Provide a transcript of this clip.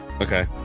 Okay